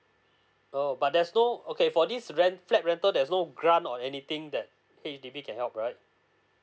oo but there's no okay for this rent flat rental there's no grant or anything that H_D_B can help right